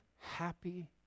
happy